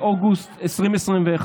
באוגוסט 2021,